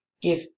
give